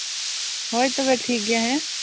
ᱦᱳᱭ ᱛᱚᱵᱮ ᱴᱷᱤᱠ ᱜᱮᱭᱟ ᱦᱮᱸ